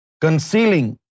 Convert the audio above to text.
concealing